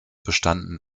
bestanden